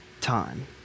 time